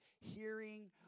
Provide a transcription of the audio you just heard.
hearing